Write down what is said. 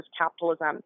Capitalism